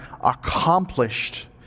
accomplished